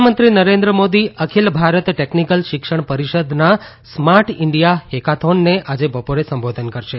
પ્રધાનમંત્રી નરેન્દ્ર મોદી અખિલ ભારત ટેકનિકલ શિક્ષણ પરિષદના સ્માર્ટ ઇન્ડિયા હેકાથોનને આજે બપોરે સંબોધન કરશે